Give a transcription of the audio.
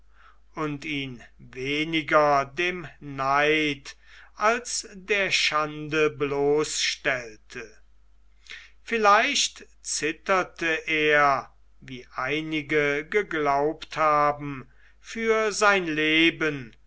und ihn weniger dem neid als der schande bloßstellte vielleicht zitterte er wie einige geglaubt haben für sein leben